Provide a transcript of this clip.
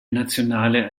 nationale